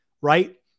Right